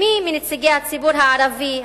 עם מי מנציגי הציבור הערבי,